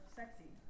sexy